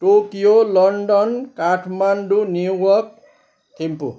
Tokyo London Kathmandu New York Thimphu